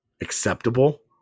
acceptable